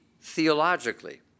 theologically